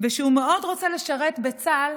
ושהוא מאוד רוצה לשרת בצה"ל,